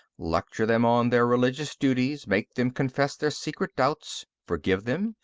lecture them on their religious duties, make them confess their secret doubts, forgive them,